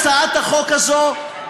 הצעת החוק הזאת,